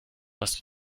was